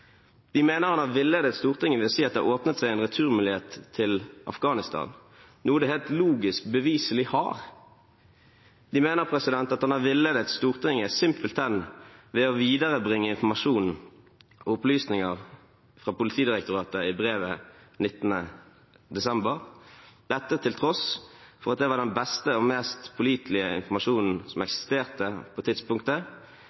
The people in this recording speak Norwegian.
De mener han har villedet Stortinget ved å si at det åpnet seg en returmulighet til Afghanistan, noe det helt logisk beviselig har. De mener at han har villedet Stortinget simpelthen ved å viderebringe informasjon og opplysninger fra Politidirektoratet i brevet 19. desember, dette til tross for at det var den beste og mest pålitelige informasjonen som eksisterte på tidspunktet,